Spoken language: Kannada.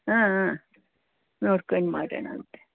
ಹಾಂ ಹಾಂ ನೋಡ್ಕೊಂಡು ಮಾಡೋಣಂತೆ